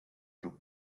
grup